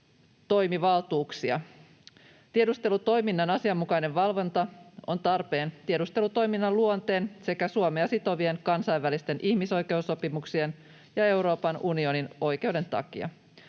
Tiedustelutoiminnan asianmukainen valvonta on tarpeen tiedustelutoiminnan luonteen sekä Suomea sitovien kansainvälisten ihmisoikeussopimuksien ja Euroopan unionin oikeuden takia.